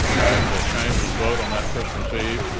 had changed his vote on that christmas eve,